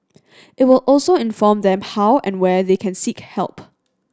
it will also inform them how and where they can seek help